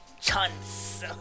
Chance